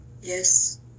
Yes